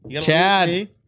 Chad